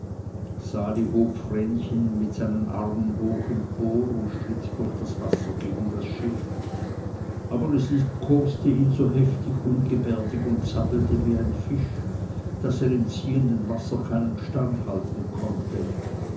sali hob vrenchen mit seinen armen hoch empor und schritt durch das wasser gegen das schiff aber es liebkoste ihn so heftig ungebärdig und zappelte wie ein fisch daß er im ziehenden wasser keinen stand halten konnte